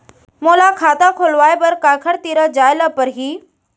मोला खाता खोलवाय बर काखर तिरा जाय ल परही?